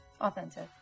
Authentic